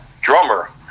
drummer